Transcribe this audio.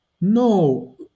no